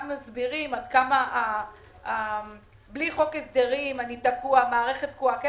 מסבירים עד כמה בלי חוק הסדרים הם תקועים והמערכת תקועה.